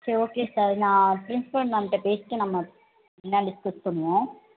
சரி okay sir நான் principal மேம்கிட்ட பேசிட்டு நம்ம என்னானு டிஸ்கஸ் பண்ணுவோம்